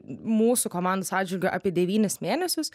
mūsų komandos atžvilgiu apie devynis mėnesius